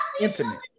intimate